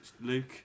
Luke